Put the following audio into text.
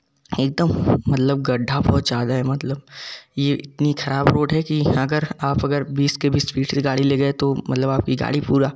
एक दम मतलब गड्डा बहुत ज़्यादा है मतलब यह इतनी खराब रोड है कि अगर आप अगर बीस के भी स्पीड से गाड़ी ले गए तो मतलब आपकी गाड़ी पूरा